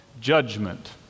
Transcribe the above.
judgment